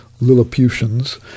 Lilliputians